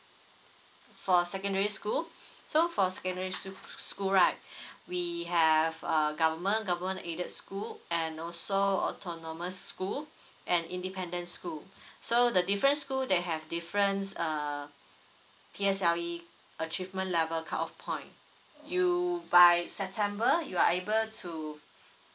for a secondary school so for secondary sch~ school right we have err government government aided school and also a tournament school and independent school so the difference school they have difference achievement level cut off point you by september you are able to